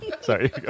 Sorry